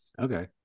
Okay